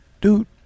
dude